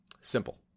Simple